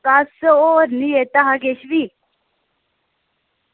बस होर निं लैता हा किश बी